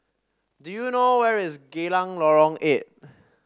do you know where is Geylang Lorong Eight